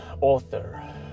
author